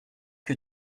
que